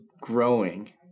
growing